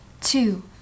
two